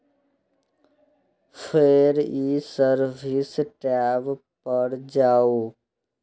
फेर ई service tab पर जाउ